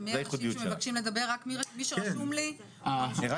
זה